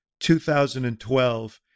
2012